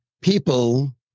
people